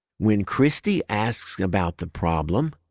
when kristi asks about the problem,